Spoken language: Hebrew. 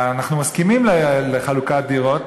אנחנו מסכימים לחלוקת דירות,